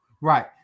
right